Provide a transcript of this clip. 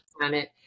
planet